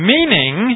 Meaning